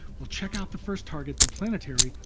we'll check out the first target, the planetary,